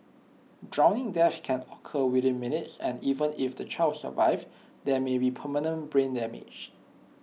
drowning deaths can occur within minutes and even if the child survives there may be permanent brain damage